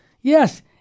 Yes